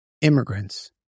immigrants